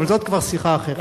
וזו כבר שיחה אחרת.